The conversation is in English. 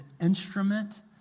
instrument